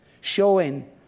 showing